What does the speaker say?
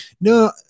no